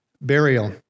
burial